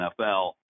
NFL